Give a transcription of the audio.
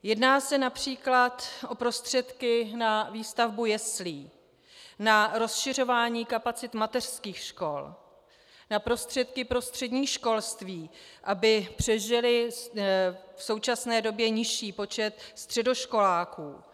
Jedná se například o prostředky na výstavbu jeslí, na rozšiřování kapacit mateřských škol, na prostředky pro střední školství, aby přežily v současné době nižší počet středoškoláků.